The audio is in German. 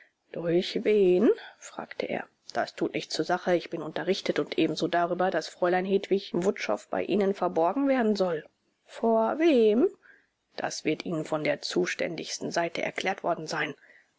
durch wen fragte er das tut nichts zur sache ich bin unterrichtet und ebenso darüber daß fräulein hedwig wutschow bei ihnen verborgen werden soll vor wem das wird ihnen von der zuständigsten seite erklärt worden sein